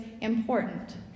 important